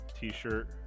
t-shirt